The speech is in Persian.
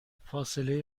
فاصله